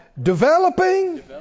Developing